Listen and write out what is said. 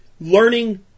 learning